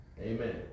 amen